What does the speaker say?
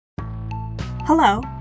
Hello